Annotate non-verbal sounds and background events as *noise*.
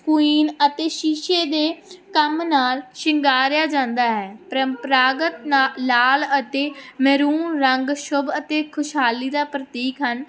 Queen ਅਤੇ ਸ਼ੀਸ਼ੇ ਦੇ *unintelligible* ਕੰਮ ਨਾਲ ਸ਼ਿੰਗਾਰਿਆ ਜਾਂਦਾ ਹੈ ਪਰੰਪਰਾਗਤ ਨਾ ਲਾਲ ਅਤੇ ਮੈਹਰੂਨ ਰੰਗ ਸ਼ੁਭ ਅਤੇ ਖੁਸ਼ਹਾਲੀ ਦਾ ਪ੍ਰਤੀਕ ਹਨ